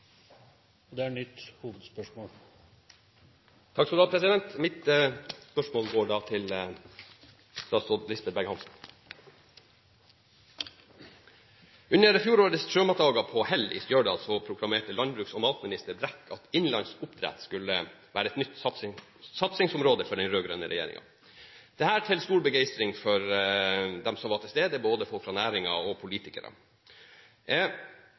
Mitt spørsmål går til statsråd Lisbeth Berg-Hansen. Under fjorårets sjømatdager på Hell i Stjørdal proklamerte landbruks- og matminister Brekk at innenlands oppdrett skulle være et nytt satsingsområde for den rød-grønne regjeringen – til stor begeistring for dem som var til stede, både folk fra næringen og politikere.